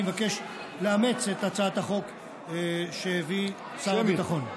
אני מבקש לאמץ את הצעת החוק שהביא שר הביטחון.